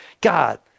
God